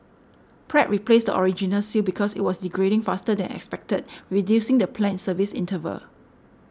Pratt replaced the original seal because it was degrading faster than expected reducing the planned service interval